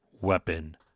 weapon